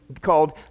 called